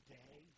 day